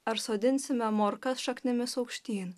ar sodinsime morkas šaknimis aukštyn